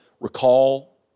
recall